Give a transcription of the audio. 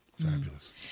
Fabulous